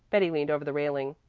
betty leaned over the railing.